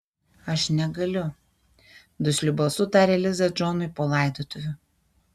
aš negaliu dusliu balsu tarė liza džonui po laidotuvių